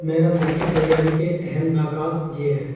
marathon کی تیاری کے اہم نکات یہ ہیں